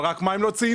אבל רק מה הם לא ציינו?